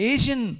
Asian